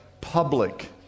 public